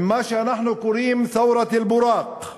עם מה שאנחנו קוראים ת'אורת אל-בוראק,